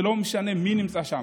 ולא משנה מי נמצא שם.